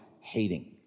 hating